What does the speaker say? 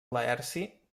laerci